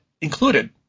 included